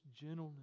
gentleness